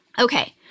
Okay